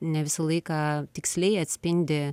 ne visą laiką tiksliai atspindi